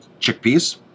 chickpeas